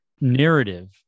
narrative